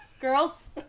Girls